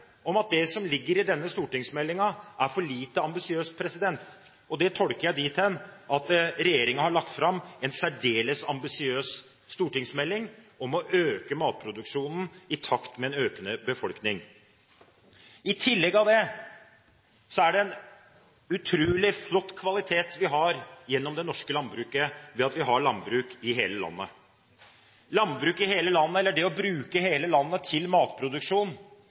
at det som ligger i denne stortingsmeldingen, er for lite ambisiøst. Det tolker jeg dit hen at regjeringen har lagt fram en særdeles ambisiøs stortingsmelding om å øke matproduksjonen i takt med en økende befolkning. I tillegg er det en utrolig flott kvalitet i det norske landbruket at vi har landbruk i hele landet. Landbruk i hele landet – eller det å bruke hele landet til matproduksjon